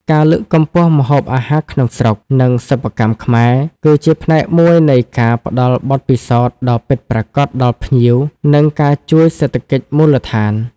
ការលើកកម្ពស់ម្ហូបអាហារក្នុងស្រុក និងសិប្បកម្មខ្មែរ គឺជាផ្នែកមួយនៃការផ្តល់បទពិសោធន៍ដ៏ពិតប្រាកដដល់ភ្ញៀវ និងការជួយសេដ្ឋកិច្ចមូលដ្ឋាន។